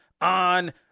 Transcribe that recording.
on